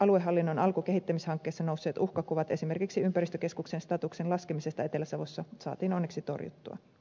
aluehallinnon alkukehittämishankkeessa nousseet uhkakuvat esimerkiksi ympäristökeskuksen statuksen laskemisesta etelä savossa saatiin onneksi torjuttua